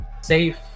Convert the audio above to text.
safe